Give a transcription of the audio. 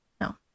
no